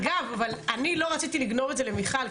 אני לא רציתי לגנוב את זה למיכל,